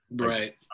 Right